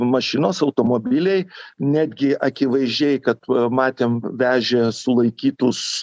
mašinos automobiliai netgi akivaizdžiai kad matėm vežė sulaikytus